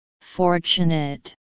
Fortunate